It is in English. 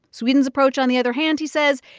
sweden's approach, on the other hand, he says,